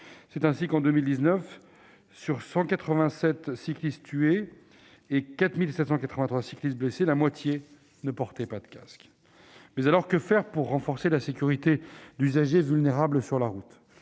C'est ainsi que, en 2019, sur 187 cyclistes tués et 4 783 cyclistes blessés, la moitié ne portait pas de casque. Mais que faire pour renforcer la sécurité d'usagers vulnérables sur la route ?